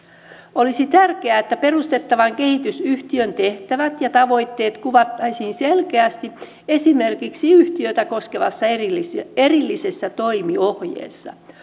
olisi tärkeää että perustettavan kehitysyhtiön tehtävät ja tavoitteet kuvattaisiin selkeästi esimerkiksi yhtiötä koskevassa erillisessä erillisessä toimiohjeessa